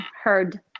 heard